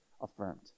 affirmed